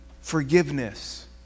forgiveness